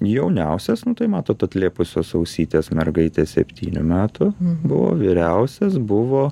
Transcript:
jauniausias nu tai matot atlėpusios ausytės mergaitė septynių metų buvo vyriausias buvo